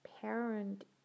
parent